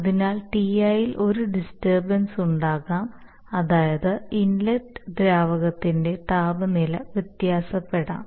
അതിനാൽ Ti യിൽ ഒരു ഡിസ്റ്റർബൻസ് ഉണ്ടാകാം അതായത് ഇൻലെറ്റ് ദ്രാവകത്തിന്റെ താപനില വ്യത്യാസപ്പെടാം